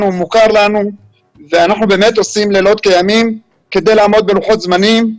ומוכר לנו ואנחנו באמת עושים לילות כימים כדי לעמוד בלוחות זמנים.